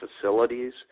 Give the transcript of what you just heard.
facilities